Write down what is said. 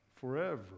forever